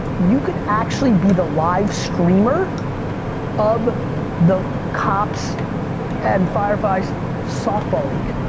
you could actually be the live streamer of the cops and firefighters soft ball league.